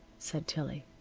said tillie.